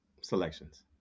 selections